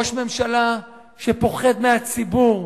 ראש ממשלה שפוחד מהציבור,